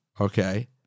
Okay